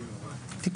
מי נגד?